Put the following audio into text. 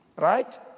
right